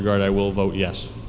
regard i will vote yes